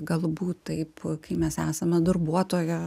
galbūt taip kai mes esame darbuotojo